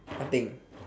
what thing